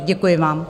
Děkuji vám.